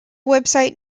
website